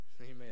Amen